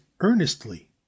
earnestly